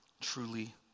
truly